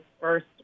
first